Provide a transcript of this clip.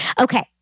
Okay